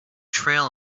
trail